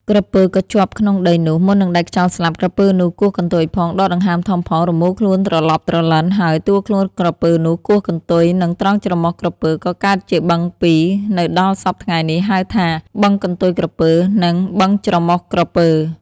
ក្រពើក៏ជាប់ក្នុងដីនោះ មុននឹងដាច់ខ្យល់ស្លាប់ ក្រពើនោះគោះកន្ទុយផង ដកដង្ហើមធំផង រមូលខ្លួនត្រឡប់ ត្រឡិន ហើយតួខ្លួនក្រពើនោះគោះកន្ទុយ នឹងត្រង់ច្រមុះក្រពើ ក៏កើតទៅជាបឹង ២ នៅដល់សព្វថ្ងៃនេះ ហៅ ថា បឹងកន្ទុយក្រពើ និង បឹងច្រមុះក្រពើ ។